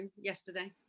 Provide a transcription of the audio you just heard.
yesterday